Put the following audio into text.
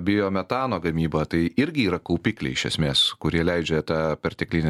bijo metano gamyba tai irgi yra kaupikliai iš esmės kurie leidžia tą perteklinę